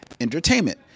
entertainment